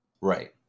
Right